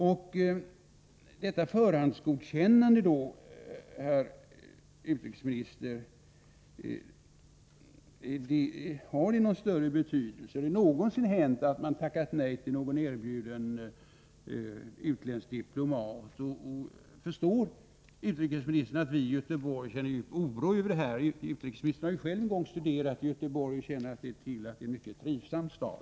Har då detta förhandsgodkännande någon större betydelse, herr utrikesminister? Har det någonsin hänt att man har tackat nej till någon erbjuden utländsk diplomat? Förstår utrikesministern att vi i Göteborg känner djup oro över det här? Utrikesministern har ju själv en gång studerat i Göteborg och känner till att det är en mycket trivsam stad.